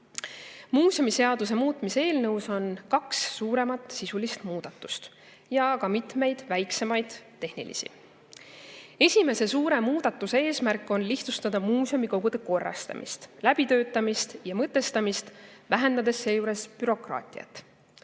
Muuseumiseaduse muutmise eelnõus on kaks suuremat sisulist muudatust ja mitmeid väiksemaid tehnilisi. Esimese suure muudatuse eesmärk on lihtsustada muuseumikogude korrastamist, läbitöötamist ja mõtestamist, vähendades seejuures bürokraatiat.